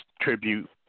tribute